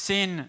Sin